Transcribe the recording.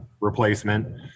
replacement